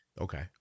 Okay